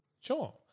Sure